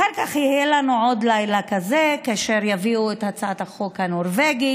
אחר כך יהיה לנו עוד לילה כזה כאשר יביאו את הצעת החוק הנורבגי,